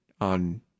on